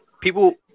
people